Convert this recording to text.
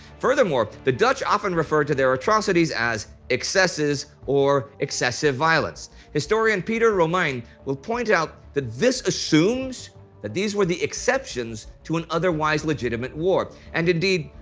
furthermore, the dutch often refer to their atrocities as excesses or excessive violence. historian peter romijn will point out that this assumes that these were the exceptions to an otherwise legitimate war, and indeed,